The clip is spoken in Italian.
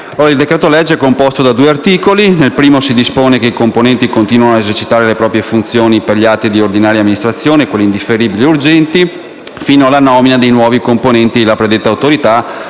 Il decreto- legge è composto da due articoli, nel primo dei quali si dispone che i componenti continuino a esercitare le proprie funzioni per gli atti di ordinaria amministrazione e quelli indifferibili e urgenti fino alla nomina dei nuovi componenti la predetta Autorità,